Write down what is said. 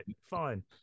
fine